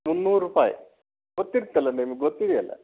ಮುನ್ನೂರು ರೂಪಾಯಿ ಗೊತ್ತಿರತ್ತಲ್ಲ ನಿಮ್ಗೆ ಗೊತ್ತಿದೆಯಲ್ಲ